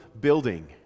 building